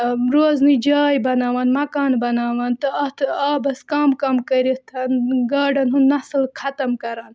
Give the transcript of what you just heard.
روزنٕچ جاے بَناوان مکان بَناوان تہٕ اَتھ آبَس کَم کَم کٔرِتھ گاڈَن ہُنٛد نَسٕل ختم کَران